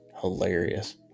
hilarious